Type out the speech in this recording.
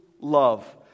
love